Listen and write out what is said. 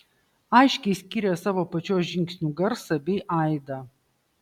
aiškiai skyrė savo pačios žingsnių garsą bei aidą